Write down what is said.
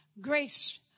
grace